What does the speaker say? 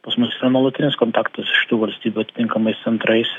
pas mus nuolatinis kontaktas iš tų valstybių atitinkamais centrais